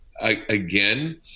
Again